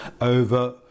over